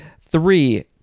Three